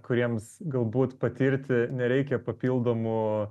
kuriems galbūt patirti nereikia papildomų